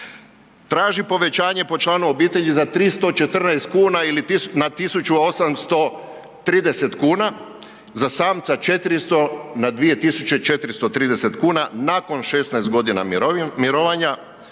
traži povećanje po članu obitelji za 314 kuna ili na 1.830 kuna, za samca 400 na 2.430 kuna nakon 16 godina mirovanja,